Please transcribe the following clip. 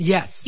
Yes